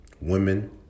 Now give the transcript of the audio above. women